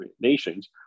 nations